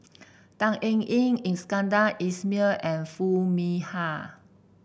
Tan Eng Yoon Iskandar Ismail and Foo Mee Har